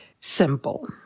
simple